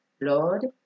Lord